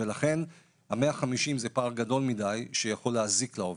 לכן ה-150% זה פער גדול מדי שיכול להזיק לעובד,